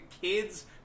kids